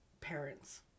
parents